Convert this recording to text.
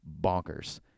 bonkers